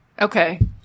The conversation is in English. Okay